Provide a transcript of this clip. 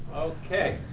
okay.